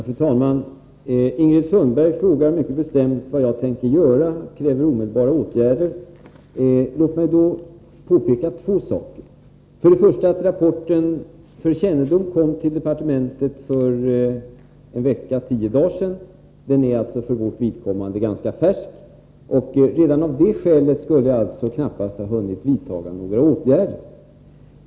Fru talman! Ingrid Sundberg frågar mycket bestämt vad jag tänker göra. Hon kräver omedelbara åtgärder. Låt mig då framhålla två saker. För det första kom rapporten för kännedom till departementet för en vecka — tio dagar sedan. För vårt vidkommande är den alltså ganska färsk. Redan av det skälet skulle jag alltså knappast ha hunnit vidta några åtgärder.